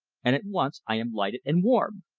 and at once i am lighted and warmed.